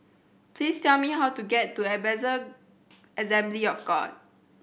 please tell me how to get to Ebenezer Assembly of God